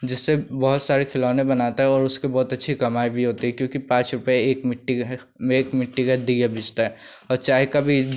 जिससे बहुत सारे खिलौने बनाता है और उसके बहुत अच्छी कमाई भी होती है क्योंकि पाँच रुपये एक मिट्टी का एक मिट्टी का दिया बिचता है और चाय का भी